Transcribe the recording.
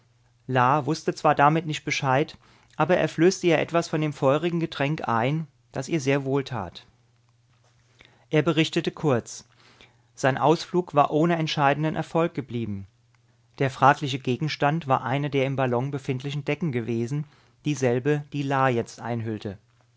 wußte zwar damit nicht bescheid aber er flößte ihr etwas von dem feurigen getränk ein das ihr sehr wohltat er berichtete kurz sein ausflug war ohne entscheidenden erfolg geblieben der fragliche gegenstand war eine der im ballon befindlichen decken gewesen dieselbe die la jetzt einhüllte